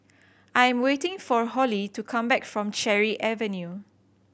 I am waiting for Holly to come back from Cherry Avenue